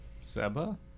Seba